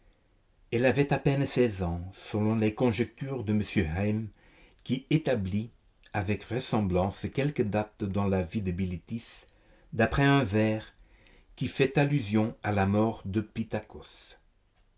elle avait à peine seize ans selon les conjectures de m heim qui établit avec vraisemblance quelques dates dans la vie de bilitis d'après un vers qui fait allusion à la mort de